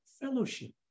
fellowship